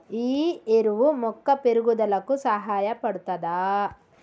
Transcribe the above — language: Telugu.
ఈ ఎరువు మొక్క పెరుగుదలకు సహాయపడుతదా?